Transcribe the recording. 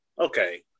okay